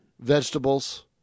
vegetables